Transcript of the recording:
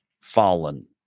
fallen